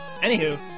Anywho